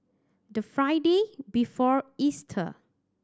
the Friday before Easter